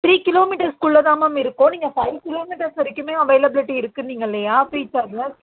three kilometres குள்ளேதான் ma'am இருக்கோம் நீங்கள் ஃபை கிலோ மீட்டர்ஸ் வரைக்குமே அவைலபிலிட்டி இருக்குன்னு நீங்கள் இல்லையா ஃப்ரீ சார்ஜஸ்